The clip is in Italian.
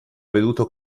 veduto